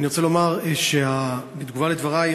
אני רוצה לומר בתגובה על דברייך,